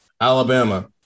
Alabama